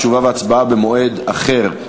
תשובה והצבעה במועד אחר.